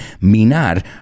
Minar